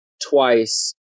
twice